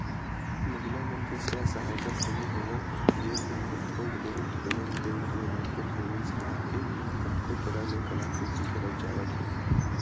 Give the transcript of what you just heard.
महिला मन के स्व सहायता समूह हवय जेन मन ह थोक बहुत कोनो बेंक ले माइक्रो फायनेंस करा के कतको तरह ले कलाकृति करत जावत हे